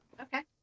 Okay